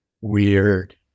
weird